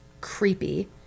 creepy